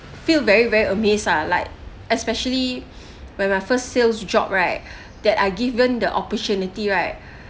feel very very amazed lah like especially when my first sales job right that I given the opportunity right